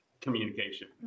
communication